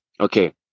okay